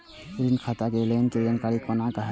ऋण खाता के लेन देन के जानकारी कोना हैं?